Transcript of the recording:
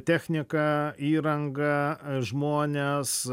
techniką įrangą žmones